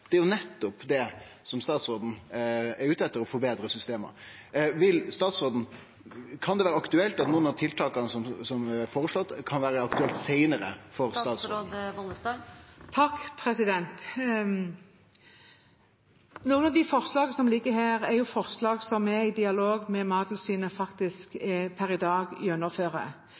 Det er jo nettopp det statsråden er ute etter – å forbetre systema. Kan nokon av tiltaka som er føreslått, vere aktuelle for statsråden seinare? Noen av de forslagene som ligger her, er forslag som vi, i dialog med Mattilsynet, faktisk per i dag gjennomfører.